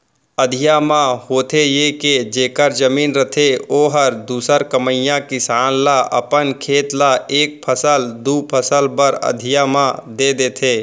अधिया म होथे ये के जेखर जमीन रथे ओहर दूसर कमइया किसान ल अपन खेत ल एक फसल, दू फसल बर अधिया म दे देथे